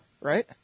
right